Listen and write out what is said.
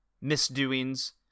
misdoings